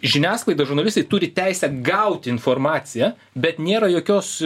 žiniasklaidoj žurnalistai turi teisę gauti informaciją bet nėra jokios